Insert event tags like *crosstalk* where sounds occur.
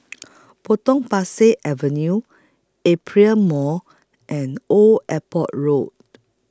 *noise* Potong Pasir Avenue Aperia Mall and Old Airport Road